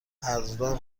قدردان